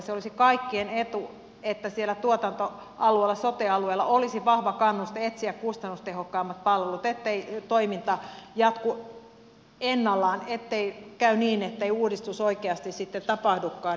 se olisi kaikkien etu että siellä tuotantoalueella sote alueella olisi vahva kannuste etsiä kustannustehokkaimmat palvelut ettei toiminta jatku ennallaan ettei käy niin ettei uudistus oikeasti sitten tapahdukaan